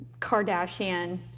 Kardashian